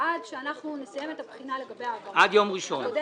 עד שאנחנו נסיים את הבחינה לגבי ההעברה הקודמת.